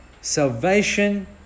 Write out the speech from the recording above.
salvation